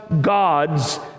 God's